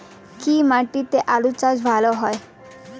কি মাটিতে আলু চাষ ভালো হয়?